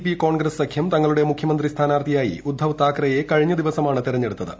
P Congress സഖ്യം തങ്ങളുടെ മുഖ്യമന്ത്രി സ്ഥാനാർത്ഥിയായി ഉദ്ധവ് താക്കറയെ കഴിഞ്ഞ ദിവസമാണ് തെരഞ്ഞെടുത്തത്